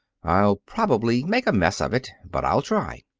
i'll probably make a mess of it. but i'll try.